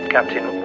Captain